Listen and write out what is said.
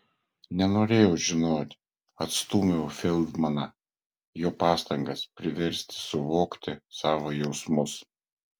nenorėjau žinoti atstūmiau feldmaną jo pastangas priversti suvokti savo jausmus